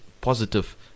positive